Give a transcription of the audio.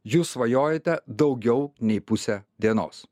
jūs svajojate daugiau nei pusę dienos